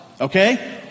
okay